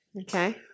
okay